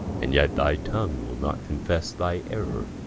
and yet thy tongue will not confesse thy error